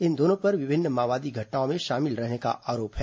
इन दोनों पर विभिन्न माओवादी घटनाओं में शामिल रहने का आरोप है